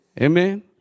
Amen